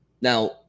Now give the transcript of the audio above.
now